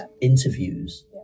interviews